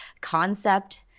concept